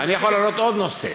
אני יכול להעלות עוד נושא.